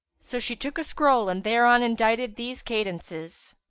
so she took a scroll and thereon indited these cadences,